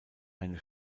eine